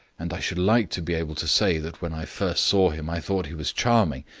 and i should like to be able to say that when i first saw him i thought he was charming.